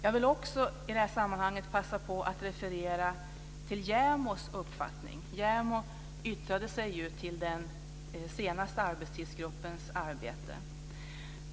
I det här sammanhanget vill jag också passa på att referera till JämO:s uppfattning. JämO yttrade sig över den senaste arbetstidsgruppens arbete.